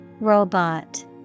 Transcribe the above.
Robot